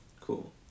Cool